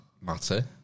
matter